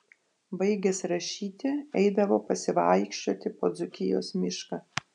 baigęs rašyti eidavo pasivaikščioti po dzūkijos mišką